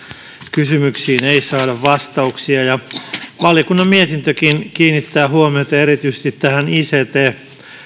kysymyksiin ei saada vastauksia valiokunnan mietintökin kiinnittää huomiota erityisesti tähän ict